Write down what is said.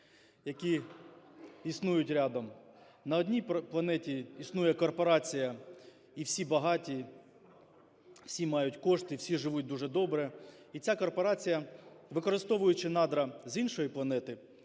які існують рядом. На одній планеті існує корпорація і всі багаті, всі мають кошти, всі живуть дуже добре. І ця корпорація, використовуючи надра з іншої планети,